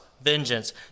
vengeance